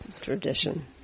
tradition